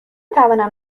توانم